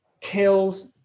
kills